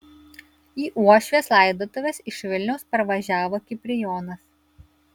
į uošvės laidotuves iš vilniaus parvažiavo kiprijonas